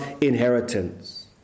inheritance